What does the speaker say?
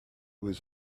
was